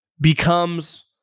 becomes